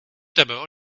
d’abord